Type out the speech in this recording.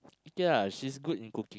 okay lah she's good in cooking